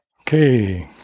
Okay